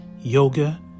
yoga